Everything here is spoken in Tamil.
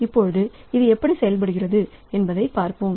இப்பொழுது இது எப்படி செயல்படுகிறது என்பதை பார்ப்போம்